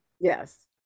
Yes